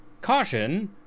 Caution